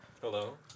Hello